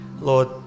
Lord